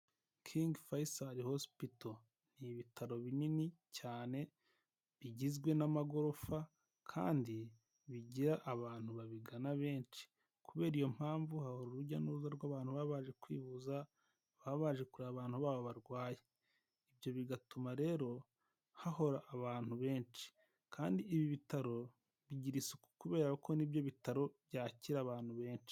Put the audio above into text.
Kingi fayisari hosipito ni ibitaro binini cyane bigizwe n'amagorofa kandi bigira abantu babigana benshi. Kubera iyo mpamvu hari urujya n'uruza rw'abantu baba baje kwivuza baba baje kureba abantu babo barwaye, ibyo bigatuma rero hahora abantu benshi kandi ibi bitaro bigira isuku kubera ko nibyo bitaro byakira abantu benshi.